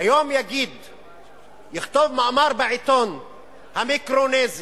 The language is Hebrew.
היום יכתוב מאמר בעיתון המיקרונזי